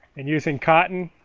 and using cotton